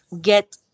get